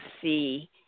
see